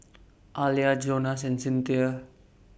Alia Jonas and Cinthia